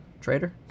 trader